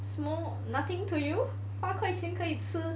small nothing to you 八块钱可以吃